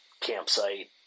campsite